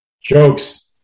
jokes